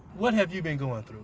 what have you been going through?